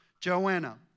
Joanna